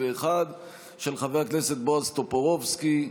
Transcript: של חבר הכנסת בועז טופורובסקי.